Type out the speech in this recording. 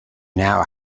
now